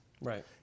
Right